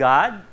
God